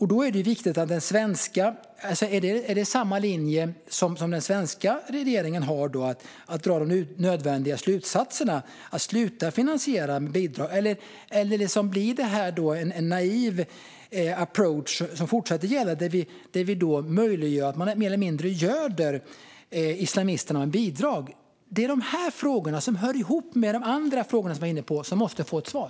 Har den svenska regeringen samma linje? Drar man de nödvändiga slutsatserna att man ska sluta finansiera detta med bidrag, eller blir det en naiv approach som fortsätter att gälla och som möjliggör att man mer eller mindre göder islamisterna med bidrag? De här frågorna hör ihop med de andra frågorna som jag ställde och som måste få ett svar.